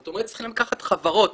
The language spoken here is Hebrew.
זאת אומרת צריכים לקחת חברות